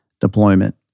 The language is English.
deployment